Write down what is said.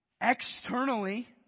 externally